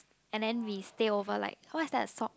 and then we stay over like what is that a sau~